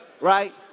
Right